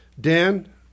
Dan